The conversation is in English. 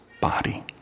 body